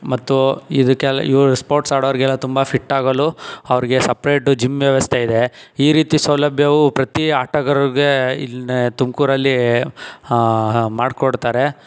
ಮತ್ತು ಇದಕ್ಕೆಲ್ಲ ಯೋ ಸ್ಪೋರ್ಟ್ಸ್ ಆಡೋರ್ಗೆಲ್ಲ ತುಂಬ ಫಿಟ್ ಆಗಲು ಅವ್ರಿಗೆ ಸಪ್ರೇಟು ಜಿಮ್ ವ್ಯವಸ್ಥೆ ಇದೆ ಈ ರೀತಿ ಸೌಲಭ್ಯವು ಪ್ರತೀ ಆಟಗಾರರಿಗೆ ಇಲ್ಲಿ ನೇ ತುಮಕೂರಲ್ಲಿ ಮಾಡ್ಕೊಡ್ತಾರೆ